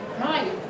Right